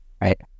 Right